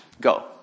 Go